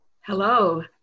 Hello